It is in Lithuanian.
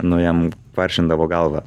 nu jam kvaršindavo galvą